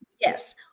yes